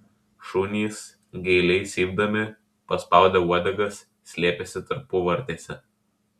šunys gailiai cypdami paspaudę uodegas slėpėsi tarpuvartėse